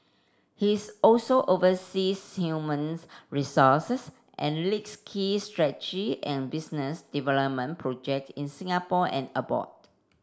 he's also oversees human resources and leads key and business development project in Singapore and abroad